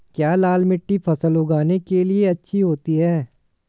क्या लाल मिट्टी फसल उगाने के लिए अच्छी होती है?